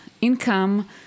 income